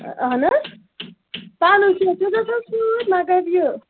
اہَن حظ پَلو کیٚنٛہہ چھِس حظ سۭتۍ مگر یہِ